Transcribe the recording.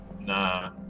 Nah